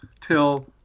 Till